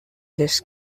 this